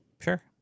Sure